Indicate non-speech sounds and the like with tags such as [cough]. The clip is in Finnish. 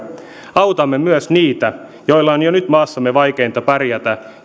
autamme myös niitä joilla on jo nyt maassamme vaikeinta pärjätä [unintelligible]